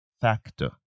factor